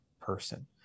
person